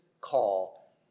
call